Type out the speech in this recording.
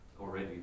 already